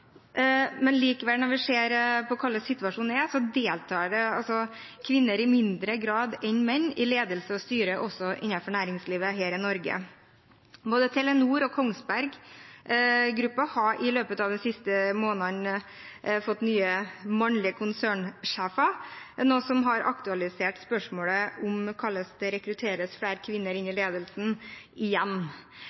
likevel, når vi ser på hvordan situasjonen er, deltar i mindre grad enn menn i ledelse og styrer innenfor næringslivet her i Norge. Både Telenor og Kongsberg Gruppen har i løpet av de siste månedene fått nye mannlige konsernsjefer, noe som – igjen – har aktualisert spørsmålet om hvordan det rekrutteres flere kvinner inn i ledelsen.